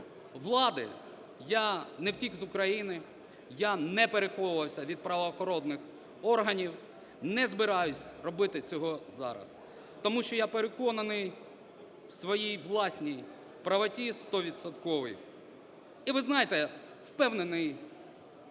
влади я не втік з України, я не переховувався від правоохоронних органів, не збираюсь робити цього зараз. Тому що я переконаний в своїй власній правоті 100-відсотковій. І визнаєте, впевнений